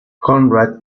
conrad